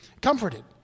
comforted